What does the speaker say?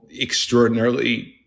extraordinarily